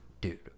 dude